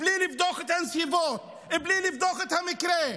בלי לבדוק את הנסיבות, בלי לבדוק את המקרה.